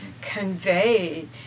convey